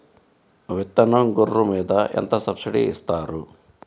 విత్తనం గొర్రు మీద ఎంత సబ్సిడీ ఇస్తారు?